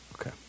okay